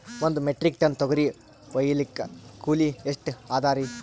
ಒಂದ್ metric ton ತೊಗರಿ ಹೋಯಿಲಿಕ್ಕ ಕೂಲಿ ಎಷ್ಟ ಅದರೀ?